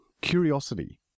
curiosity